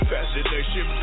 Fascination